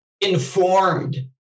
informed